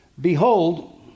behold